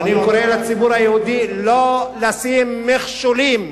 אני קורא לציבור היהודי לא לשים מכשולים.